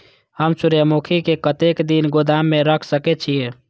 हम सूर्यमुखी के कतेक दिन गोदाम में रख सके छिए?